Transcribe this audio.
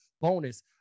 bonus